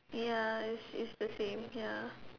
ya it's it's the same ya